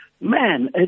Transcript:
Man